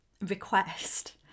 request